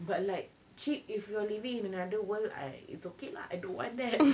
but like cheap if you are living in another world I it's okay lah I don't want that